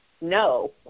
No